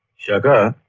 shakka.